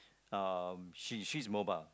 uh she she's mobile